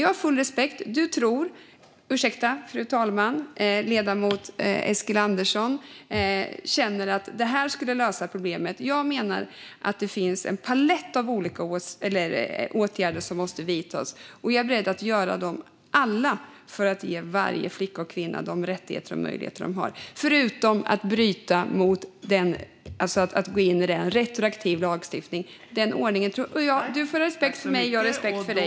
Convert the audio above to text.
Jag har full respekt för att ledamoten Eskilandersson känner att det här skulle lösa problemet. Jag menar att det finns en palett av olika åtgärder som måste vidtas, och jag är beredd att vidta alla för att ge varje flicka och kvinna de rättigheter och möjligheter de har - förutom att gå in i retroaktiv lagstiftning. Du får ha respekt för mig, och jag har respekt för dig.